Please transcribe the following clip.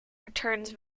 returns